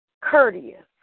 courteous